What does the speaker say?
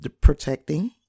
protecting